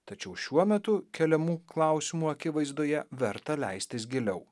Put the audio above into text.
tačiau šiuo metu keliamų klausimų akivaizdoje verta leistis giliau